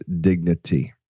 dignity